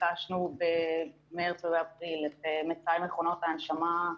ביקשנו במרץ ובאפריל את מצאי מכונות הנשמה.